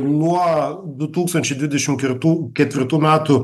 nuo du tūkstančiai dvidešim kertų ketvirtų metų